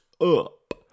up